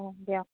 অঁ দিয়ক